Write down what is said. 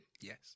Yes